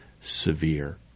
severe